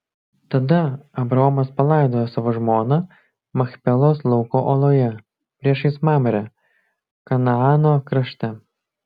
tada abraomas palaidojo savo žmoną machpelos lauko oloje priešais mamrę kanaano krašte